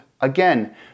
Again